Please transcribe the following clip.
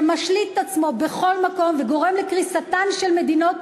שמשליט את עצמו בכל מקום וגורם לקריסתן של מדינות,